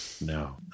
No